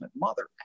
mother